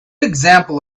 example